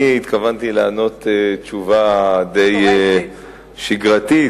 אני התכוונתי לענות תשובה די שגרתית,